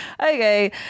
Okay